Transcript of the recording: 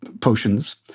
potions